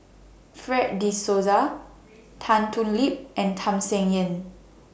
Fred De Souza Tan Thoon Lip and Tham Sien Yen